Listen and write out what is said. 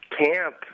camp